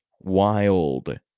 wild